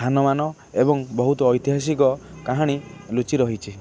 ଧାନମାନ ଏବଂ ବହୁତ ଐତିହାସିକ କାହାଣୀ ଲୁଚି ରହିଛି